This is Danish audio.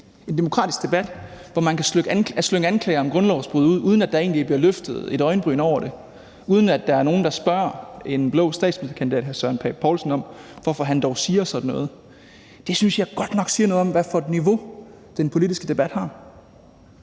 en demokratisk debat i dag, hvor man kan slynge anklager om grundlovsbrud ud, uden at der egentlig bliver løftet et øjenbryn over det, uden at der er nogen, der spørger en blå statsministerkandidat, hr. Søren Pape Poulsen, om, hvorfor han dog siger sådan noget. Det synes jeg godt nok siger noget om, hvad for et niveau den politiske debat har.